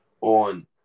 on